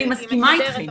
אני מסכימה איתכם,